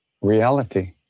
reality